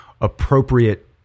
appropriate